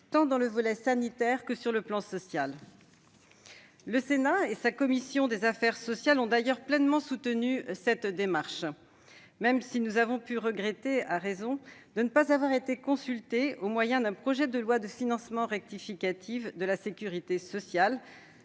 sanitaire de la crise que de son volet social. Le Sénat et sa commission des affaires sociales ont d'ailleurs pleinement soutenu cette démarche, même si nous avons pu regretter, à raison, de ne pas avoir été consultés un projet de loi de financement rectificative de la sécurité sociale.